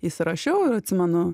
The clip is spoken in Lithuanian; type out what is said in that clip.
įsirašiau ir atsimenu